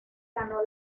ganó